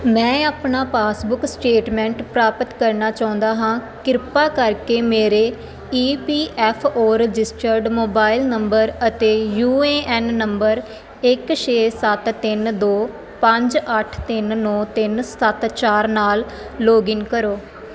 ਮੈਂ ਆਪਣਾ passbook statement ਪ੍ਰਾਪਤ ਕਰਨਾ ਚਾਹੁੰਦਾ ਹਾਂ ਕਿਰਪਾ ਕਰਕੇ ਮੇਰੇ E P F O registered mobile number ਅਤੇ ਯੂ ਏ ਐਨ ਨੰਬਰ ਇੱਕ ਛੇ ਸੱਤ ਤਿੰਨ ਦੋ ਪੰਜ ਅੱਠ ਤਿੰਨ ਨੌਂ ਤਿੰਨ ਸੱਤ ਚਾਰ ਨਾਲ ਲੌਗਇਨ ਕਰੋ